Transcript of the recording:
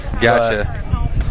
Gotcha